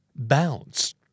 Bounce